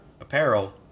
apparel